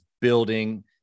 building